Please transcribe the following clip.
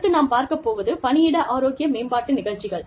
அடுத்து நாம் பார்க்கப் போவது பணியிட ஆரோக்கிய மேம்பாட்டு நிகழ்ச்சிகள்